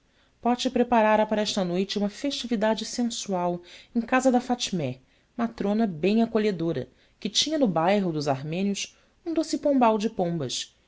vivaz pote preparara para essa noite uma festividade sensual em casa de fatmé matrona bem acolhedora que tinha no bairro dos armênios um doce pombal de pombas